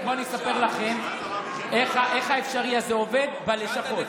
אז בואו אני אספר לכם איך האפשרי הזה עובד בלשכות.